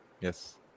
yes